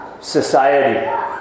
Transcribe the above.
society